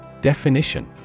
Definition